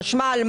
חשמל,